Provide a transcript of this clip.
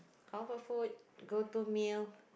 comfort food go to meal